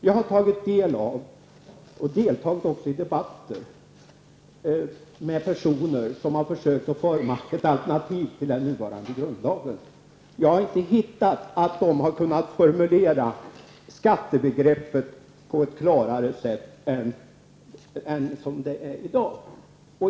Jag har tagit del av och deltagit i debatter med personer som försökt att forma ett alternativ till den nuvarande grundlagen. Jag har inte funnit att de har kunnat formulera skattebegreppet på ett klarare sätt än vad som är fallet i dag.